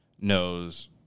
knows